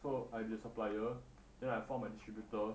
so I'm the supplier then I form the distributor